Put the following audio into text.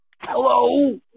Hello